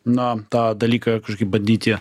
na tą dalyką kažkaip bandyti